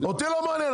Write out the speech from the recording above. אותי לא מעניין.